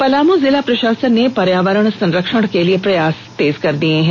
पलामू जिला प्रषासन ने पर्यावरण संरक्षण के लिए प्रयास तेज कर दिया है